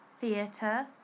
theatre